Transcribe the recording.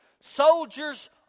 Soldiers